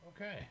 Okay